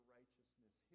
righteousness